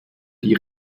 die